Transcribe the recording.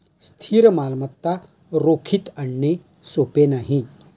स्थिर मालमत्ता रोखीत आणणे सोपे नाही